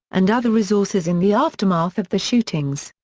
and other resources in the aftermath of the shootings.